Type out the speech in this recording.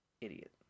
idiot